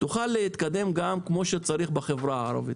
תוכל להתקדם גם כמו שצריך בחברה הערבית.